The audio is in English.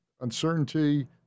Uncertainty